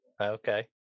Okay